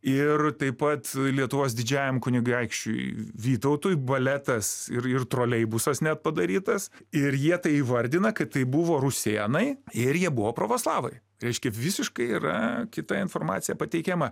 ir taip pat lietuvos didžiajam kunigaikščiui vytautui baletas ir ir troleibusas net padarytas ir jie tai įvardina kad tai buvo rusėnai ir jie buvo provoslavai reiškia visiškai yra kita informacija pateikiama